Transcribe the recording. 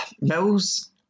Mills